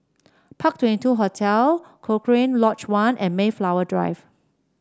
Park Twenty two Hotel Cochrane Lodge One and Mayflower Drive